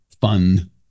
fun